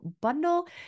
bundle